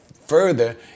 further